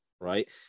right